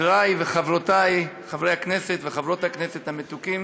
חברי וחברותי חברי הכנסת וחברות הכנסת המתוקים